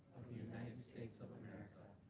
the united states of america.